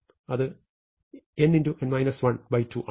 അത് n2 ആണ്